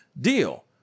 deal